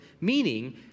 meaning